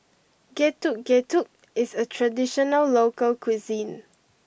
Getuk Getuk is a traditional local cuisine